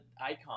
icon